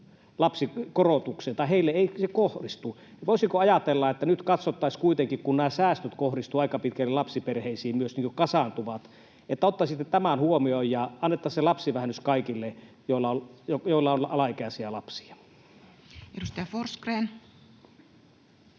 lapsikorotuksen tai heille ei se kohdistu, niin voisiko ajatella, että nyt katsottaisiin kuitenkin, kun nämä säästöt kohdistuvat ja myös kasaantuvat aika pitkälle lapsiperheisiin, että ottaisitte tämän huomioon ja annettaisiin se lapsivähennys kaikille, joilla on alaikäisiä lapsia? Edustaja Forsgrén.